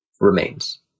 remains